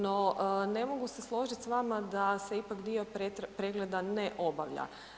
No, ne mogu se složiti s vama da se ipak dio pregleda ne obavlja.